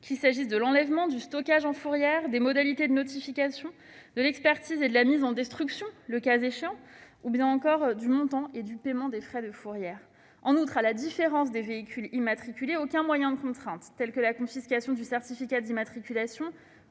d'immobilisation, de l'enlèvement et du stockage en fourrière, des modalités de notification, de l'expertise et de la mise en destruction, le cas échéant, ou bien encore du montant et du paiement des frais de fourrière. En outre, à la différence des véhicules immatriculés, aucun moyen de contrainte, tel que la confiscation du certificat d'immatriculation